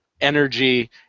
energy